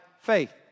faith